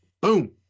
Boom